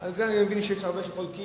על זה אני מבין שיש הרבה שחולקים,